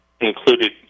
included